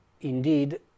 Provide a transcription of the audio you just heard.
indeed